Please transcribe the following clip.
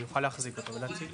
הוא יוכל להחזיק אותו ולהציגו.